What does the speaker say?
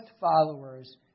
followers